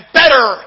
better